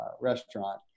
restaurant